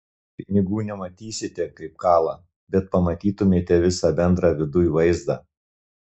pinigų nematysite kaip kala bet pamatytumėte visą bendrą viduj vaizdą